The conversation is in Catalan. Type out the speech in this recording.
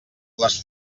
les